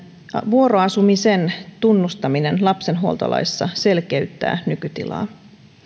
vuoroasumisen tunnustaminen lapsenhuoltolaissa selkeyttää nykytilaa